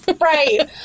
right